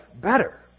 better